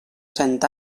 cent